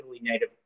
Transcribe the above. native